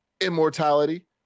Immortality